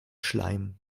schleim